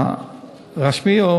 רשמית?